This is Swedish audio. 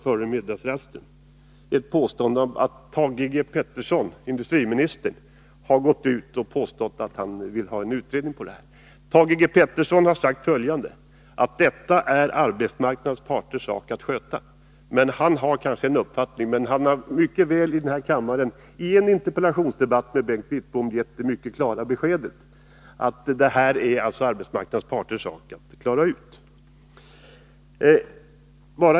Före middagsrasten påstod Bengt Wittbom här i kammaren att industriminister Thage Peterson har gått ut och påstått att han vill ha en utredning om ungdomslönerna. Thage Peterson har sagt att det är arbetsmarknadens parters sak att sköta detta. Han har kanske en uppfattning, men han har i en interpellationsdebatt med Bengt Wittbom i denna kammare gett det mycket klara beskedet att detta är arbetsmarknadens parters sak att klara ut.